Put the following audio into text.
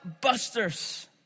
busters